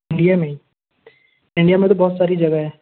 India में ही India में तो बहुत सारी जगहें हैं